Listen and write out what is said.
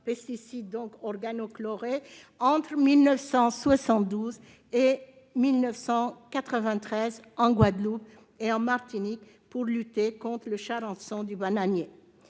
pesticide organochloré -entre 1972 et 1993 en Guadeloupe et en Martinique, pour lutter contre le charançon du bananier.